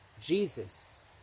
Jesus